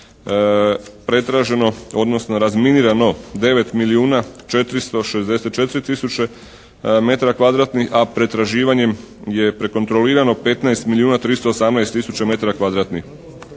pretraženo, odnosno razminirano 9 milijuna 464 tisuće metara kvadratnih, a pretraživanjem je prekontrolirano 15 milijuna 318 tisuća metara kvadratnih,